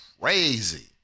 crazy